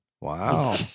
Wow